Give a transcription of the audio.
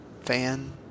fan